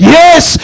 yes